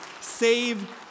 save